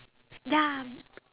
ya